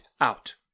out